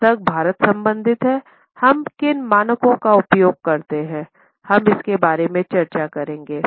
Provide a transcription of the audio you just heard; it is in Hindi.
जहाँ तक भारत संबंधित हैं हम किन मानकों का उपयोग करते हैं हम इसके बारे में चर्चा करेंगे